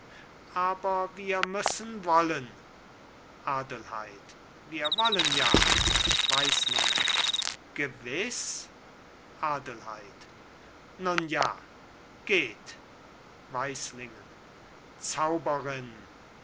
aber wir müssen wollen adelheid wir wollen ja weislingen gewiß adelheid nun ja geht weislingen zauberin